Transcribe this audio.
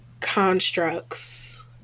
constructs